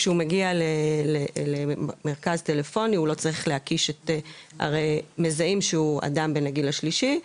כשהוא מגיע למרכז טלפוני מזהים שהוא אדם בן הגיל השלישי,